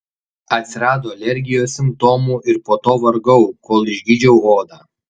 atsirado alergijos simptomų ir po to vargau kol išgydžiau odą